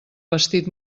vestit